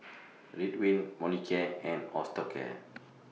Ridwind Molicare and Osteocare